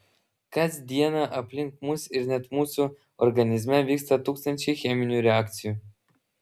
kas dieną aplink mus ir net mūsų organizme vyksta tūkstančiai cheminių reakcijų